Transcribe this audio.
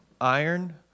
iron